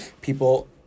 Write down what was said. people